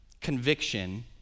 conviction